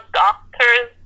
doctors